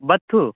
बत्थू